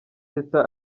teta